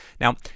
Now